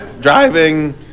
driving